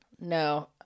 No